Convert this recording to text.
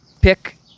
Pick